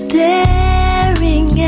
Staring